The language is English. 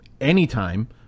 anytime